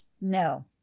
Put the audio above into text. No